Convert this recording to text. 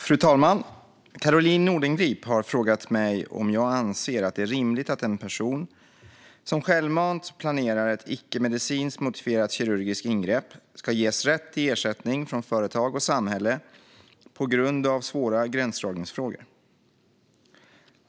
Fru talman! Caroline Nordengrip har frågat mig om jag anser att det är rimligt att en person som självmant planerar ett icke-medicinskt motiverat kirurgiskt ingrepp ska ges rätt till ersättning från företag och samhälle på grund av svåra gränsdragningsfrågor.